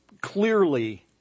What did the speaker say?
clearly